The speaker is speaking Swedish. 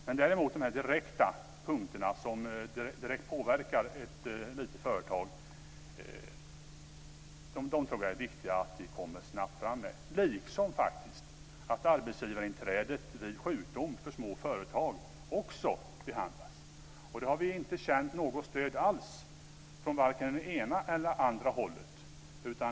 Men de direkta punkter som direkt påverkar ett litet företag tror jag det är viktigt att vi snabbt kommer fram med - liksom, faktiskt, att arbetsgivarinträdet vid sjukdom för små företag behandlas. Där har vi inte känt något stöd alls från vare sig det ena eller andra hållet.